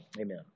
Amen